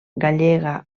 gallega